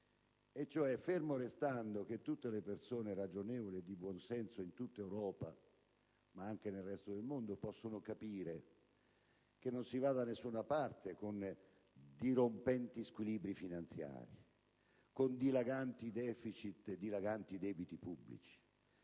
collega Rutelli e che tutte le persone ragionevoli e di buon senso in tutta Europa ma anche nel resto del mondo possono capire), non si va da nessuna parte con dirompenti squilibri finanziari, con dilaganti deficit e debiti pubblici.